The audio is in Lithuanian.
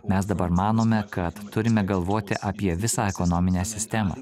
mes dabar manome kad turime galvoti apie visą ekonominę sistemą